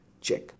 check